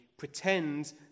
pretend